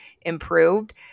improved